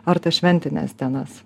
ar tas šventines dienas